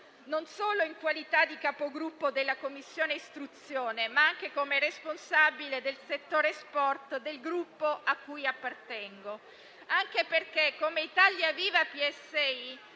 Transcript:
non solo in qualità di Capogruppo presso la Commissione istruzione, ma anche come responsabile del settore sport del Gruppo cui appartengo. Come Italia Viva-PSI